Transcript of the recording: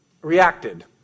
reacted